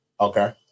Okay